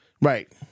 Right